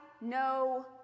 no